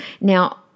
Now